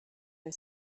her